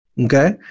Okay